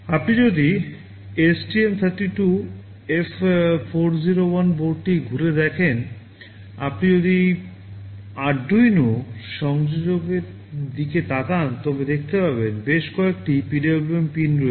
আপনি যদি STM 32 F 401 বোর্ডটি ঘুরে দেখেন আপনি যদি আরডুইনো সংযোজকের দিকে তাকান তবে দেখতে পাবেন বেশ কয়েকটি PWM পিন রয়েছে